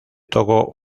togo